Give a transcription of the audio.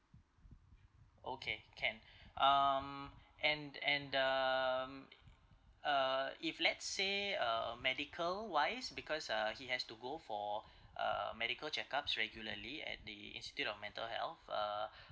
okay can um and and um uh if let's say uh medical wise because uh he has to go for uh medical checkups regularly at the institute of mental health uh